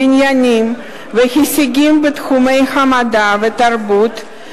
בניינים והישגים בתחומי המדע והתרבות,